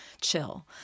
chill